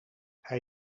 hij